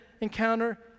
encounter